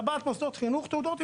קב״ט מוסדות חינוך מקבל תעודות,